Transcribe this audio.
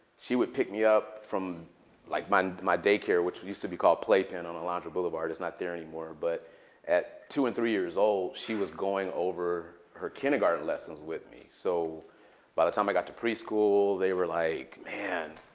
she would pick me up from like my daycare, which used to be called playpen on alondra boulevard. it's not there anymore. but at two and three years old, she was going over her kindergarten lessons with me. so by the time i got to preschool, they were like, man,